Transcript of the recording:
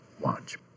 Watch